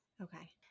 Okay